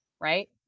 right